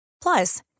Plus